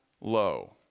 low